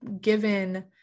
given